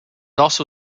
also